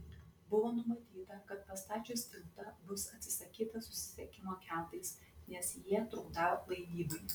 buvo numatyta kad pastačius tiltą bus atsisakyta susisiekimo keltais nes jie trukdą laivybai